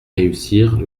réussir